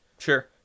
Sure